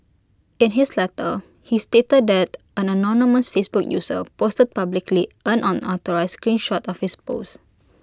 in his letter he stated that an anonymous Facebook user posted publicly an unauthorised screen shot of his post